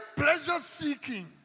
pleasure-seeking